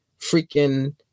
freaking